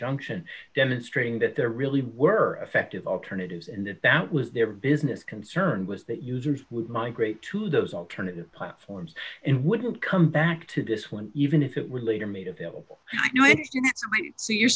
injunction demonstrating that there really were effective alternatives and that was their business concern was that users would migrate to those alternative platforms and wouldn't come back to this one even if it were later made available so you're